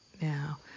now